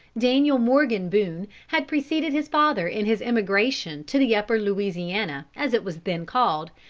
daniel morgan boone, had preceded his father in his emigration to the upper louisiana, as it was then called,